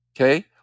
okay